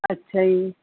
ਅੱਛਾ ਜੀ